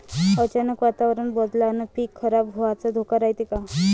अचानक वातावरण बदलल्यानं पीक खराब व्हाचा धोका रायते का?